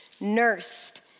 nursed